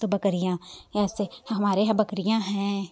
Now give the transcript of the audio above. तो बकरियां ऐसे हमारे यहाँ बकरियां हैं